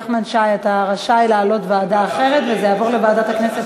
אנחנו מצביעים על העברת ההצעה לסדר-היום לוועדת הפנים.